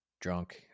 drunk